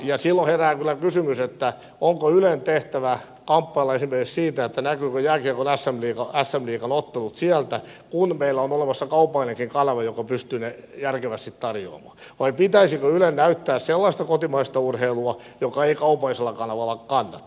silloin herää kyllä kysymys onko ylen tehtävä kamppailla esimerkiksi siitä näkyvätkö jääkiekon sm liigan ottelut sieltä kun meillä on olemassa kaupallinenkin kanava joka pystyy ne järkevästi tarjoamaan vai pitäisikö ylen näyttää sellaista kotimaista urheilua joka ei kaupallisella kanavalla kannata